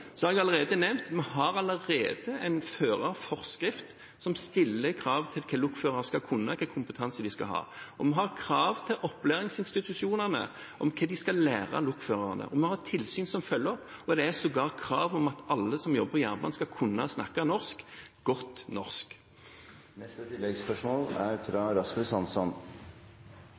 har alt nevnt at vi allerede har en førerforskrift som stiller krav til hva lokførere skal kunne, hva slags kompetanse de skal ha. Vi har krav til opplæringsinstitusjonene om hva de skal lære lokførerne, og vi har et tilsyn som følger opp. Det er sågar krav om at alle som jobber på jernbanen, skal kunne snakke norsk, godt norsk. Rasmus Hansson – til oppfølgingsspørsmål. Miljøpartiet De Grønne er langt fra